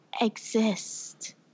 exist